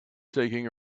taking